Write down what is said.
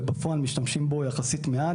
ובפועל משתמשים בו יחסית מעט,